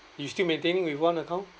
you still maintaining with one account